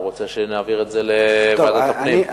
הוא רוצה שנעביר את זה לוועדת הפנים.